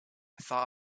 thought